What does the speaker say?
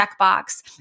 checkbox